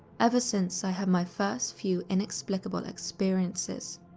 ever since i had my first few inexplicable experiences,